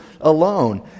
alone